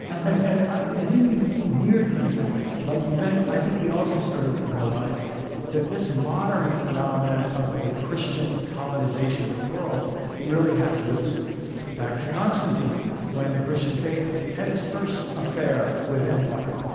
and and and then weird things happen. like you then i think we also started to realize that this modern phenomenon of the christian colonization of the world really had roots back to constantine when the christian faith had its first affair with empire.